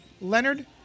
Leonard